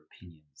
opinions